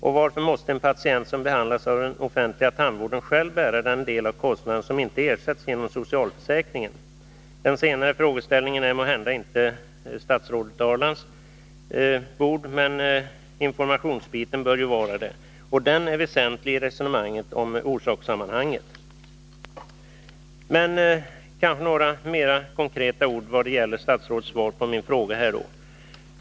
Och varför måste en patient som behandlas av den offentliga tandvården själv bära den del av kostnaden som inte ersätts genom socialförsäkringen? Den senare frågeställningen hör måhända inte till statsrådet Ahrlands bord, men informationsbiten bör ju göra det, och den är väsentlig i resonemanget om orsakssammanhanget. Några ord, kanske litet mera konkreta, vad gäller statsrådets svar på min fråga.